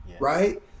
Right